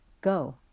Go